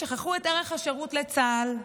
שכחו את ערך השירות לצה"ל.